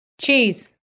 Cheese